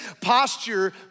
Posture